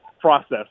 process